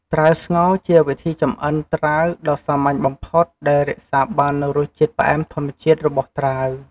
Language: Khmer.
ត្រាវស្ងោរ ជាវិធីចម្អិនត្រាវដ៏សាមញ្ញបំផុតដែលរក្សាបាននូវរសជាតិផ្អែមធម្មជាតិរបស់ត្រាវ។